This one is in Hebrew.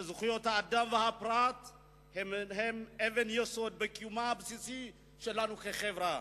שזכויות האדם והפרט הן אבן יסוד בקיום הבסיסי שלנו כחברה.